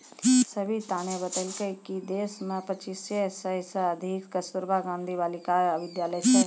सविताने बतेलकै कि देश मे पच्चीस सय से अधिक कस्तूरबा गांधी बालिका विद्यालय छै